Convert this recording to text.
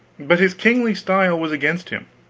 but his kingly style was against him,